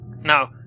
Now